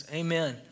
amen